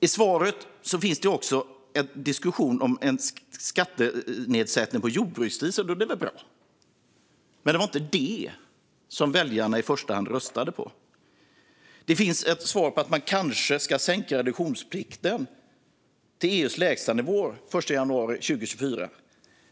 I svaret finns det också en diskussion om en skattenedsättning för jordbruksdiesel, och det är väl bra. Men det var inte detta som väljarna i första hand röstade för. Det sägs att man kanske ska sänka reduktionsplikten till EU:s lägstanivå den 1 januari 2024.